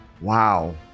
Wow